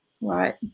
Right